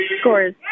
Scores